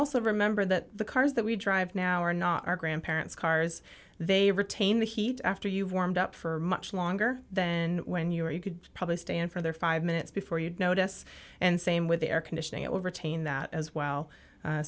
also remember that the cars that we drive now are not our grandparents cars they retain the heat after you've warmed up for much longer than when you were you could probably stay in for their five minutes before you notice and same with air conditioning it will retain that as well